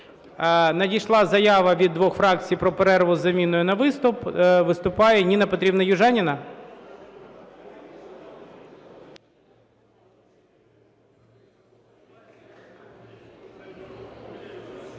Надійшла заява від двох фракцій про перерву з заміною на виступ. Виступає Ніна Петрівна Южаніна.